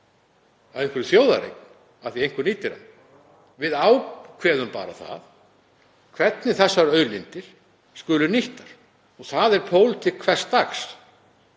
slíkan að þjóðareign af því að einhver nýtir hann. Við ákveðum bara hvernig þessar auðlindir skulu nýttar. Það er pólitík hvers dags